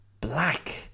Black